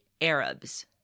Arabs